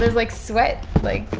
like, sweat, like,